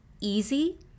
easy